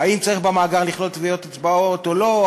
לחלק מהן: האם צריך לכלול במאגר טביעות אצבעות או לא?